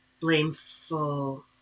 blameful